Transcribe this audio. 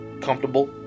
comfortable